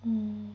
mm